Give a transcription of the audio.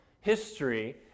history